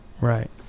Right